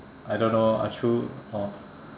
I don't know achoo or